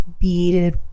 beaded